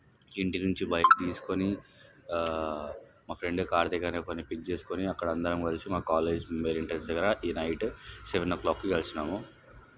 ఇంటి నుంచి బైక్ తీస్కొని మా ఫ్రెండ్ కార్ దిగగానే ఒకర్ని పిక్ చేస్కొని అక్కడ అందరం కలిసి మా కాలేజ్ మెయిన్ ఎంట్రెన్స్ దగ్గర ఈ నైట్ సెవెన్ ఓ క్లోక్కి కలిసి నాము